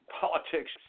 politics